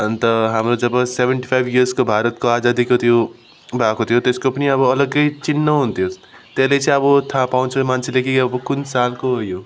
अन्त हाम्रो जब सेभेन्टी फाइभ इयर्सको भारतको आजादीको त्यो भएको थियो त्यसको पनि अब अलग्गै चिन्ह हुन्थ्यो त्यसले चाहिँ अब थाहा पाउँछ मान्छेले कि अब कुन सालको हो यो